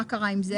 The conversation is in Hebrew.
מה קרה עם זה?